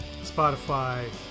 Spotify